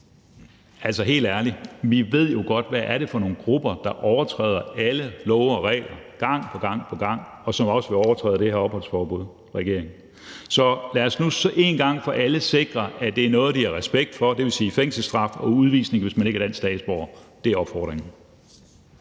Altså, helt ærligt: Vi ved jo godt, hvad det er for nogle grupper, der overtræder alle love og regler gang på gang, og som også vil overtræde det her opholdsforbud, regering, så lad os nu en gang for alle sikre, at det er noget, de har respekt for, dvs. fængselsstraf – og udvisning, hvis man ikke er dansk statsborger. Det er opfordringen.